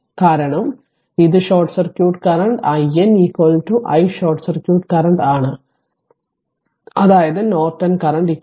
കാരണം ഇത് short circuit current i n r i short circuit current ആണ് അതായത് r നോർട്ടൺ കറന്റ് 2